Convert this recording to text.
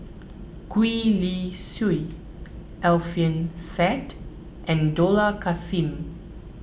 Gwee Li Sui Alfian Sa'At and Dollah Kassim